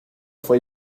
fue